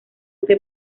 que